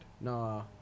No